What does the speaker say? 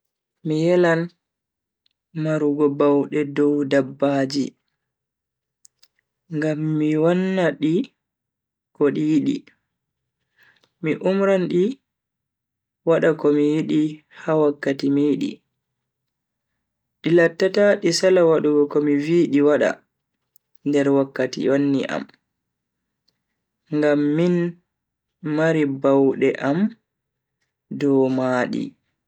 Mi yelan marugo baude dow dabbaji ngam mi wanna di ko di yidi. mi umran di wada komi yidi ha wakkati mi yidi, di lattata di sala wadugo komi v di wada nder wakkati wanni am ngam min mari baude am do maadi.